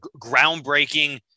groundbreaking